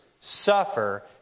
suffer